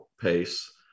pace